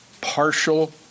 partial